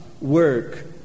work